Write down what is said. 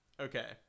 okay